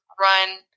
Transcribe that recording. run